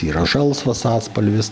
yra žalsvas atspalvis